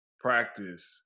practice